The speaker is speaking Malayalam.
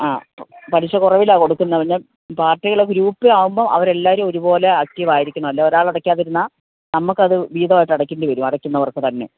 ആ പലിശ കുറവിലാണു കൊടുക്കുന്നത് പിന്നെ പാർട്ടികളുടെ ഗ്രുപ്പാവുമ്പോള് അവര് എല്ലാവരും ഒരുപോലെ ആക്റ്റീവ് ആയിരിക്കണം അല്ലെങ്കിൽ ഒരാൾ അടയ്ക്കാതിരുന്നാൽ നമുക്ക് അത് വീതമായിട്ട് അടയ്ക്കേണ്ടിവരും അടയ്ക്കുന്നവർക്കു തന്നെ